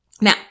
Now